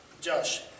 Josh